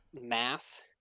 math